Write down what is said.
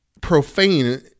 profane